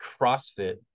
CrossFit